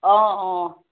অঁ অঁ